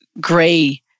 gray